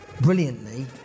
brilliantly